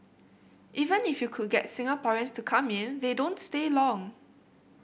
even if you could get Singaporeans to come in they don't stay long